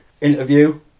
interview